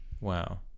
Wow